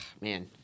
man